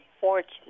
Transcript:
fortunate